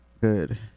good